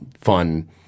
fun